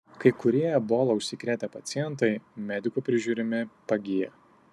kai kurie ebola užsikrėtę pacientai medikų prižiūrimi pagyja